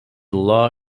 law